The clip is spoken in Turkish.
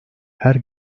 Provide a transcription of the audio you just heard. her